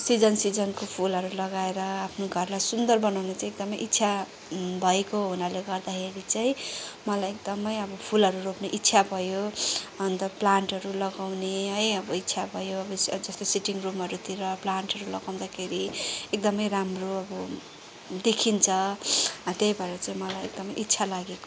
season सिजनको फुलहरू लगाएर आफ्नो घरलाई सुन्दर बनाउनु चाहिँ एकदमै इच्छा भएको हुनाले गर्दाखेरि चाहिँ मलाई एकदमै अब फुलहरू रोप्ने इच्छा भयो अन्त प्लान्टहरू लगाउने है इच्छा भयो जस्तै सिटिङ रूमहरूतिर प्लान्टहरू लगाउँदाखेरि एकदमै राम्रो अब देखिन्छ त्यही भएर चाहिँ मलाई एकदमै इच्छा लागेको